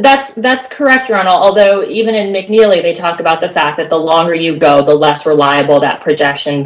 that's that's correct around although even in mc nearly they talk about the fact that the longer you go the less reliable that projection